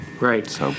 Right